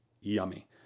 yummy